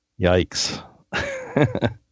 Yikes